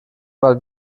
mal